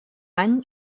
any